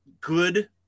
good